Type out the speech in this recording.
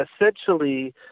essentially